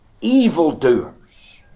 evildoers